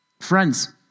Friends